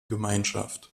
gemeinschaft